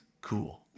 cool